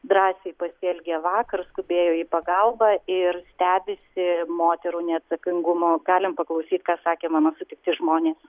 drąsiai pasielgė vakar skubėjo į pagalbą ir stebisi moterų neatsakingumo galim paklausyt ką sakė mano sutikti žmonės